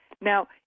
Now